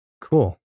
Cool